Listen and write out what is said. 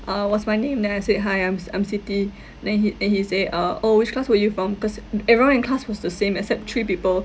I was finding then I said hi I'm s~ I'm siti then he then he say uh oh which class were you from cause everyone in class was the same except three people